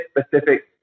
specific